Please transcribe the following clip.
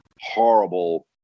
horrible